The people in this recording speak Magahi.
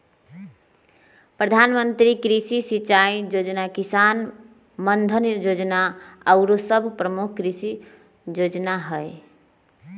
प्रधानमंत्री कृषि सिंचाई जोजना, किसान मानधन जोजना आउरो सभ प्रमुख कृषि जोजना हइ